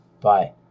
Bye